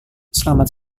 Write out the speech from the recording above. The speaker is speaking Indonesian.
selamat